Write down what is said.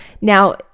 Now